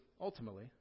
ultimately